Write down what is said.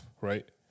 right